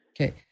Okay